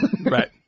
Right